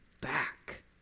back